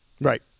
Right